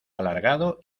alargado